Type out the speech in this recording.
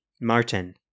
Martin